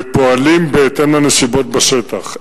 ופועלים בהתאם לנסיבות בשטח.